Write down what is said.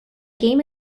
game